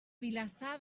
vilassar